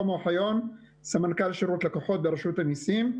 אני סמנכ"ל שירות לקוחות ברשות המיסים.